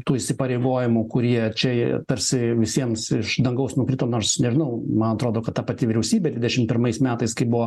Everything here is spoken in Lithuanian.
tų įsipareigojimų kurie čia jie tarsi visiems iš dangaus nukrito nors nežinau man atrodo kad ta pati vyriausybė dvidešim pirmais metais kai buvo